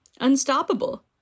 unstoppable